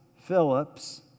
Phillips